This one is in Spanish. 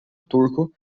turco